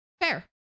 Fair